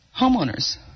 homeowners